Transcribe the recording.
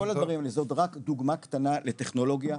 זו רק דוגמא קטנה לטכנולוגיה,